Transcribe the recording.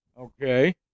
Okay